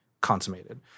consummated